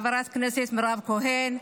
חברת הכנסת מירב כהן,